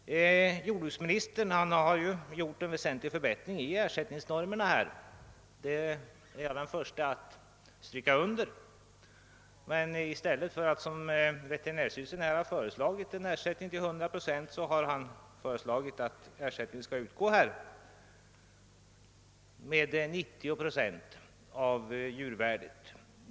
Jordbruksministern har föreslagit en väsentlig förbättring av ersättningsnormerna -— det är jag den förste att stryka under. Men medan veterinärstyrelsen har förordat en ersättning med 100 procent har jordbruksministern föreslagit, att ersättning skall utgå med 90 procent av djurvärdet.